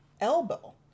elbow